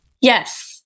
Yes